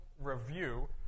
review